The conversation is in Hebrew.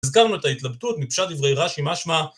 הזכרנו את ההתלבטות מפשט דברי רש"י משמע...